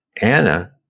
anna